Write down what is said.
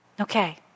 Okay